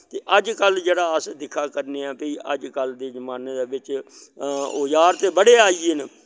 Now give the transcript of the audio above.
ते अज कल जेह्ड़ा अस दिक्खा करने आं भाई अजकल दे जमाने दे बिच्च औज़ार ते बड़े आईये न